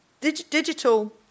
Digital